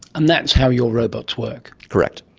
and that's how you're robots work? correct.